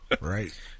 Right